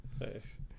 Nice